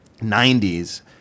90s